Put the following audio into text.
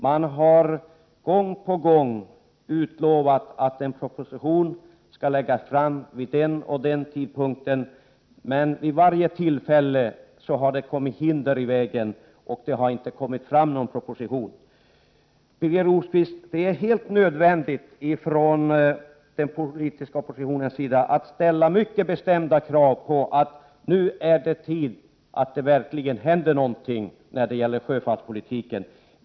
Man har gång på gång utlovat att en proposition skall läggas fram. Men vid varje tillfälle har det kommit hinder i vägen, varför det inte har framlagts någon proposition. Det är helt nödvändigt för den politiska oppositionen att ställa mycket bestämda krav på att det nu verkligen händer någonting när det gäller sjöfartspolitiken.